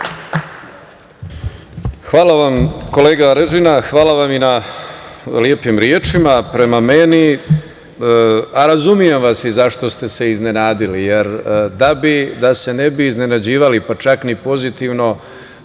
Hvala vam, kolega Arežina. Hvala vam i na lepim rečima prema meni. Razumem vas i zašto ste se iznenadili, jer da se ne bi iznenađivali, pa čak ni pozitivno,